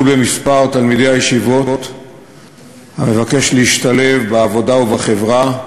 במספר תלמידי הישיבות המבקשים להשתלב בעבודה ובחברה,